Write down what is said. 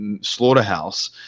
slaughterhouse